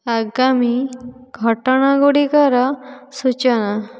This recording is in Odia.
ଆଗାମୀ ଘଟଣାଗୁଡ଼ିକର ସୂଚନା